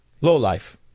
lowlife